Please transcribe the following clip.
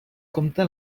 compte